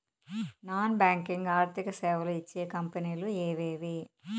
Non banking ఆర్థిక సేవలు ఇచ్చే కంపెని లు ఎవేవి?